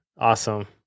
Awesome